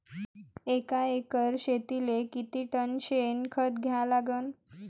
एका एकर शेतीले किती टन शेन खत द्या लागन?